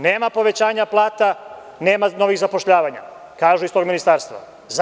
Nema povećanja plata, nema novih zapošljavanja, kažu iz tog ministarstva.